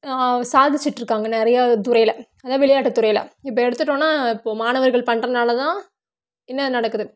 சாதிச்சிட்டு இருக்காங்க நிறையா துறையில் அதாவது விளையாட்டு துறையில் இப்போ எடுத்துட்டோன்னா இப்போ மாணவர்கள் பண்ணுறதுனால தான் என்ன நடக்குது